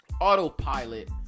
autopilot